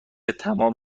تمام